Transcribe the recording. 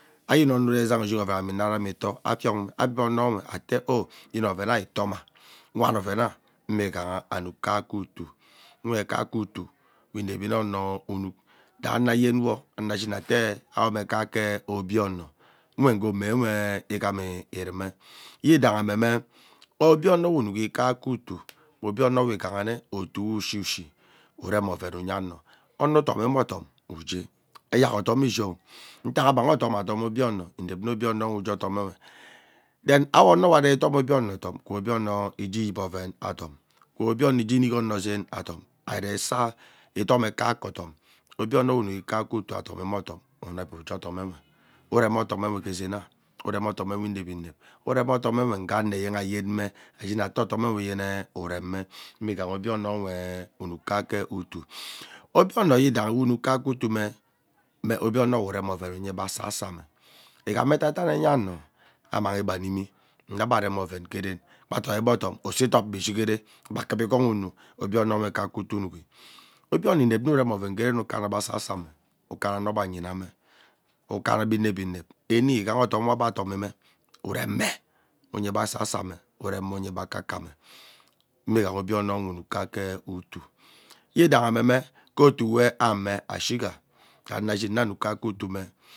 Ayeni ike ono urea izaha ushig orename inarame itoo afiong me abib onoo ate oh yene ovenaa itoma, wane ovena mme igha kaeke utum uwe kaeke utun we inevi mme ono unuik daimi ayenwo ashin atea awo mme kaeke obie ono wwe ghee omowe ighama irume yidahime kaeke utuu mme obie we ighana otuo we ushi ushi uremi oven enye amo ono intomime atom ugee eyak otom ishi oh ntak amanghi adom atom obie ono inep ame obie onowe gee odowwe then awono wari adom obie ono adom kwa obie ono nwe igee iyep oven adom, kwa obie ono igee nikg ono zeen adom. Ari ressa edome kaeke odon obie ono we inukhi kaeke utum adomime atom unep ughee adomnwe ureme odom ewe gee zeena urem inevi inep ureme odomine ngee ano eyen ayembe ashin atee yene odomwe ureme mme ighaha mme obie ono yiudahi we unuk kaeke utuu mme obie ono we urem oven enyee be asosome igham edeidan enya ano amanghi ebe amimi mma agbe arem oven gee ken kpa idoibe odom uson idop gbaa ishigere ebe kuvaa ikoon uuuu obie ono we kaeke utuu unuki obie ono inep nne uren oven ghee ven ukama be asaso mme ukama ano be anyiname ukanna ivpevi inep any ighaha any odom gbee agbee adomime uremme, urememe uyee be asasome ureme uyee be akakame mme ighaha obio ono nwe iduuk kaeke utuu uidaha mme ke otou we ashiga reono ashin mme anuk kaeke utum.